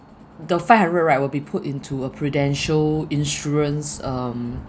the five hundred right will be put into a Prudential insurance um